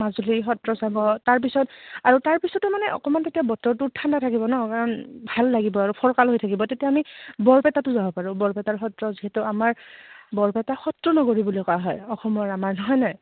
মাজুলী সত্ৰ চাব তাৰপিছত আৰু তাৰপিছতো মানে অকণমান তেতিয়া বতৰটোত ঠাণ্ডা থাকিব নহ্ কাৰণ ভাল লাগিব আৰু ফৰকাল হৈ থাকিব তেতিয়া আমি বৰপেটাটো যাব পাৰোঁ বৰপেটা সত্ৰ যিহেতু আমাৰ বৰপেটা সত্ৰ নগৰী বুলি কোৱা হয় অসমৰ আমাৰ হয় নাই